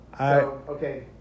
Okay